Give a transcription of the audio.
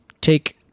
take